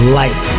life